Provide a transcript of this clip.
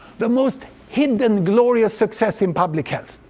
the most hidden, glorious success in public health.